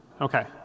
Okay